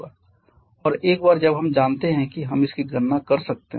और एक बार जब हम जानते हैं कि हम इसकी गणना कर सकते हैं